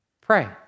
Pray